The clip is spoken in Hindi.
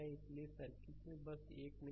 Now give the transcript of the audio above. इसलिए सर्किट में बस एक मिनट